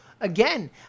Again